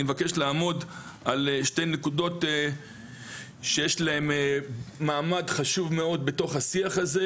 אני מבקש לעמוד על שתי נקודות שיש להן מעמד חשוב מאוד בתוך השיח הזה,